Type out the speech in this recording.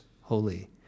holy